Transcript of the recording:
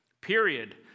period